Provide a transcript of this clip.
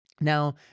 Now